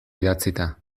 idatzita